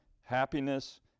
happiness